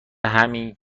همین